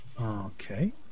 Okay